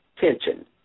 tension